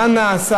מה העוול שנעשה,